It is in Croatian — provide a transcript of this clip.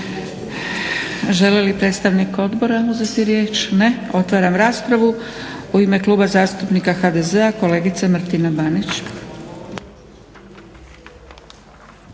Želi li predstavnik odbora uzeti riječ? Ne. Otvaram raspravu. U ime Kluba zastupnika HDZ-a kolegica Martina Banić.